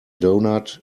doughnut